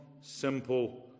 simple